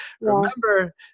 remember